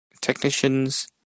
technicians